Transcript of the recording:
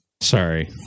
Sorry